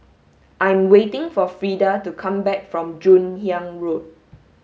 I'm waiting for Freda to come back from Joon Hiang Road